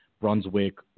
brunswick